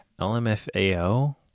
LMFAO